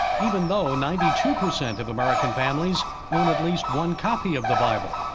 even though ninety two percent of american families own at least one copy of the bible.